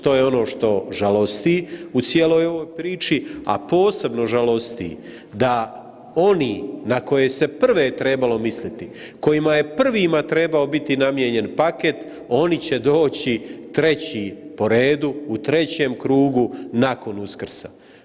To je ono što žalosti u cijeloj ovoj priči, a posebno žalosti da oni na koje se prve trebalo misliti, kojima je prvima trebao biti namijenjen paket oni će doći treći po redu, u trećem krugu nakon Uskrsa.